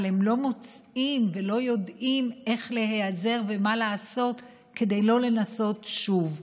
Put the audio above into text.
אבל הם לא מוצאים ולא יודעים איך להיעזר ומה לעשות כדי לא לנסות שוב,